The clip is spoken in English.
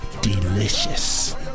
delicious